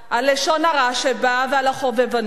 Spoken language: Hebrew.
על לשון הרע שבה ועל החובבנות.